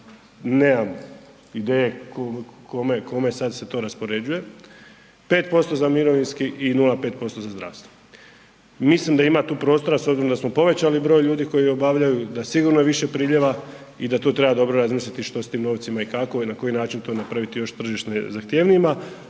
nemam ideje kome, kome sad se to raspoređuje, 5% za mirovinski i 0,5% za zdravstvo. Mislim da ima tu prostora s obzirom da smo povećali broj ljudi koji obavljaju, da je sigurno više priljeva i da treba dobro razmisliti što s tim novcima i kako i na koji način to napraviti još tržište zahtjevnijima,